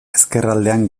ezkerraldean